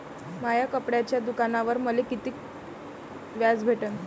माया कपड्याच्या दुकानावर मले कितीक व्याज भेटन?